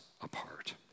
apart